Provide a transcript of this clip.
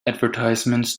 advertisements